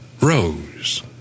Rose